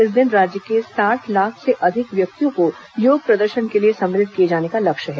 इस दिन राज्य के साठ लाख से अधिक व्यक्तियों को योग प्रदर्शन के लिए सम्मिलित किए जाने का लक्ष्य है